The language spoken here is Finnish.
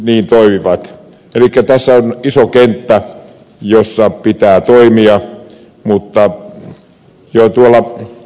elikkä tässä on iso kenttä jossa pitää toimia mutta jo j